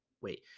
wait